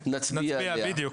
נצביע על החוק,